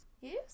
Yes